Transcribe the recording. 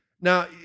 Now